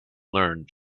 learned